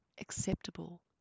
acceptable